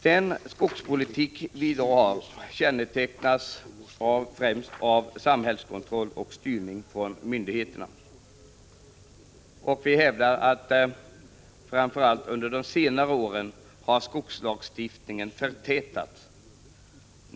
Den skogspolitik vi i dag har kännetecknas främst av samhällskontroll och styrning från myndigheterna. Vi hävdar att skogsvårdslagstiftningen har förtätats, framför allt under de senaste åren.